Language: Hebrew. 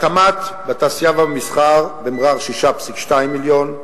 בתמ"ת, בתעשייה והמסחר במע'אר, 6.2 מיליון.